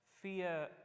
Fear